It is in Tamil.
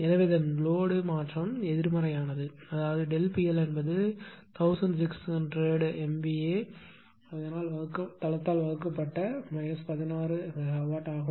எனவே அதன் லோடு மாற்றம் எதிர்மறையானது அதாவது ΔP L என்பது 1600 MVA தளத்தால் வகுக்கப்பட்ட 16 மெகாவாட் ஆகும்